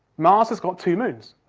mars has got two moons,